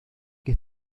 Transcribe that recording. que